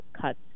cuts